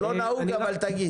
זה לא נהוג, אבל תגיד.